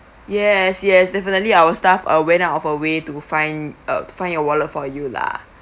yes yes definitely our staff uh went out of her way to find uh to find your wallet for you lah